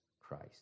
Christ